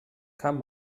kann